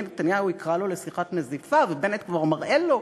נתניהו יקרא לו לשיחת נזיפה ובנט כבר מראה לו,